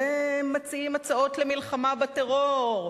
ומציעים הצעות למלחמה בטרור,